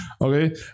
okay